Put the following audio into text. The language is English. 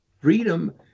freedom